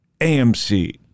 AMC